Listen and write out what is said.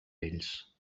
ells